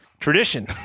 Tradition